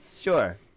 sure